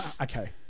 okay